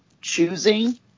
choosing